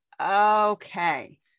okay